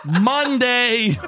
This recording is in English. Monday